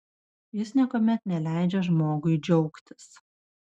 jis niekuomet neleidžia žmogui džiaugtis